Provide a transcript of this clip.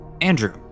Andrew